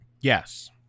Yes